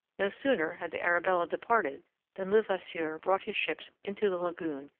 no sooner had the arabella departed than levasseur brought his ships into the lagoon,